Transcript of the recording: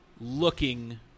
looking